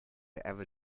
ever